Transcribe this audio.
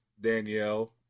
Danielle